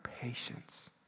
patience